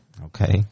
Okay